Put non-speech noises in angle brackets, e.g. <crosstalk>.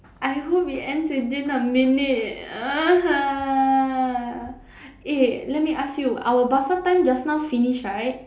I hope it ends within a minute <noise> eh let me ask you our buffer time just now finish right